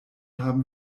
haben